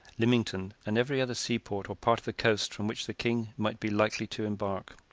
lymington, and every other seaport or part of the coast from which the king might be likely to embark.